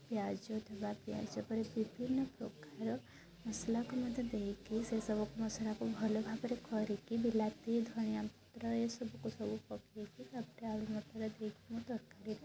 ପିଆଜ ଦେବା ପିଆଜ ପରେ ବିଭିନ୍ନପ୍ରକାର ମସଲାକୁ ମଧ୍ୟ ଦେଇକି ସେସବୁ ମସଲାକୁ ଭଲ ଭାବରେ ଖଡ଼ିକି ବିଲାତି ଧନିଆ ପତ୍ର ଏସବୁକୁ ସବୁ ପକାଇକି ତା'ପରେ ଆଳୁ ମଟର ଦେଇକି ମୁଁ ତରକାରୀରେ